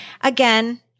Again